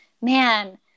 man